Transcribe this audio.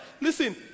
Listen